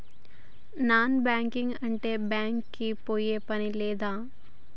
Non banking అంటే bank కి పోయే పని లేదా?